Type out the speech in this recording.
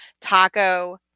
taco